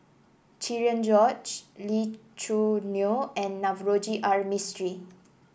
Cherian George Lee Choo Neo and Navroji R Mistri